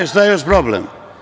Šta je još problem?